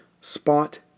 spot